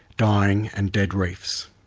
dying and dead reefs.